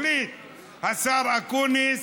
השר אקוניס,